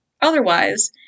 otherwise